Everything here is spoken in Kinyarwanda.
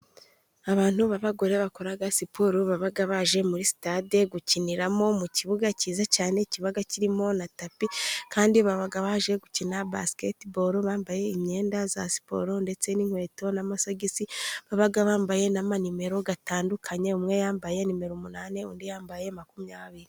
Abantu b'abagore bakora siporo baba baje muri stade gukiniramo. Mu kibuga cyiza cyane, kiba kirimo na tapi. Kandi baba baje gukina basketball bambaye imyenda ya siporo ndetse n'inkweto n'amasogisi. Baba bambaye na nimero zitandukanye. Umwe yambaye nimero umunani, undi yambaye makumyabiri.